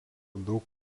daug